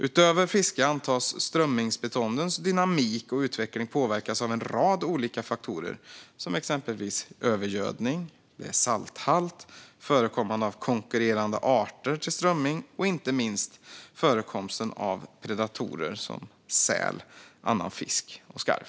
Utöver fiske antas strömmingsbeståndens dynamik och utveckling påverkas av en rad olika faktorer, exempelvis övergödning, salthalt, förekommande konkurrerande arter till strömming och inte minst förekomsten av predatorer som säl, annan fisk och skarv.